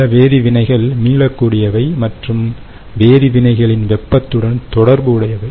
சில வேதிவினைகள் மீளக்கூடியவை மற்றும் வேதி வினைகளின் வெப்பத்துடன் தொடர்பு உடையவை